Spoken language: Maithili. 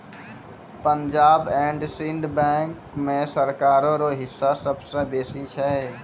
पंजाब एंड सिंध बैंक मे सरकारो रो हिस्सा सबसे बेसी छै